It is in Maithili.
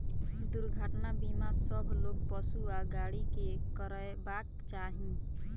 दुर्घटना बीमा सभ लोक, पशु आ गाड़ी के करयबाक चाही